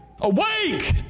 Awake